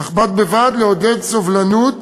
אך בד בבד לעודד סובלנות